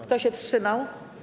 Kto się wstrzymał?